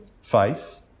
faith